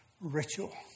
ritual